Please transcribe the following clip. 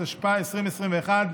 התשפ"א 2021,